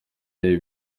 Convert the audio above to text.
ibi